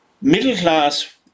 middle-class